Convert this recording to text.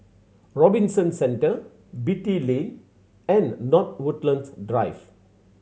Robinson Centre Beatty Lane and North Woodlands Drive